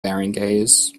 barangays